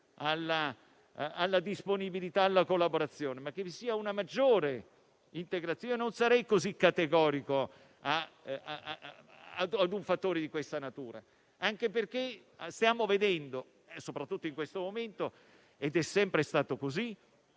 alla disponibilità e alla collaborazione, ma comporti una maggiore integrazione. Non sarei così categorico su un fattore di questa natura, anche perché stiamo vedendo, soprattutto in questo momento - ma è sempre stato così